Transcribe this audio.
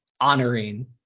honoring